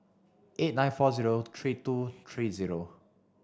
eight nine four zero three two three zero